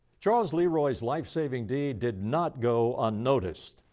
charles leroy's life-saving deed did not go unnoticed.